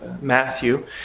Matthew